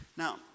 Now